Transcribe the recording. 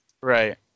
Right